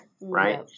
right